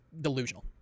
delusional